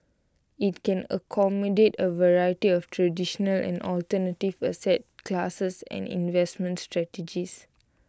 IT can accommodate A variety of traditional and alternative asset classes and investment strategies